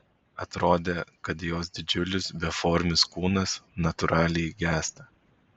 atrodė kad jos didžiulis beformis kūnas natūraliai gęsta